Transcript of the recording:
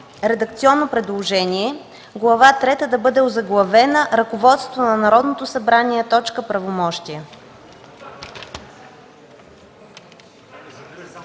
редакционно предложение Глава трета да бъде озаглавена „Ръководство на Народното събрание. Правомощия.”